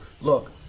look